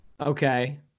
Okay